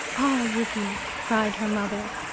ah, yuki, cried her mother,